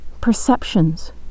perceptions